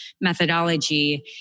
methodology